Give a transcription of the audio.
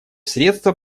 средства